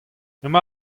emañ